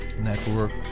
Network